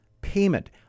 payment